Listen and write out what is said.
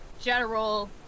general